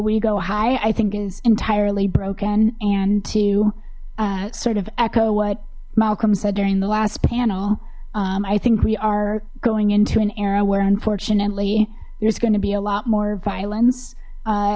we go high i think is entirely broken and to sort of echo what malcolm said during the last panel i think we are going into an era where unfortunately there's going to be a lot more violence